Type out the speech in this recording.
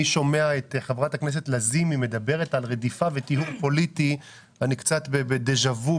את חברת הכנסת לזימי מדברת על רדיפה וטיהור פוליטי אני קצת בדז'ה-וו,